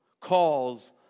calls